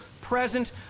present